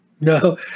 No